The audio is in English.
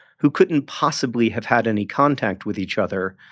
who couldn't possibly have had any contact with each other,